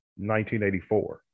1984